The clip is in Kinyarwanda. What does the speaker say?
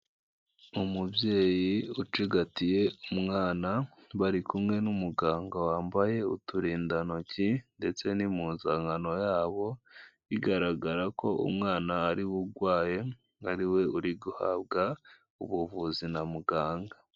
Umubyeyi ucigatiye umwana, bari kumwe n'umuganga wambaye uturindantoki ndetse n'impunzankano yabo, bigaragara ko umwana ari we urwaye, ari we uri guhabwa ubuvuzi na muganga.